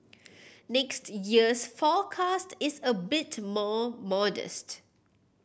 next year's forecast is a bit more modest